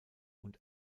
und